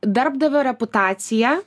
darbdavio reputacija